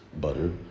butter